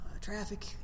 traffic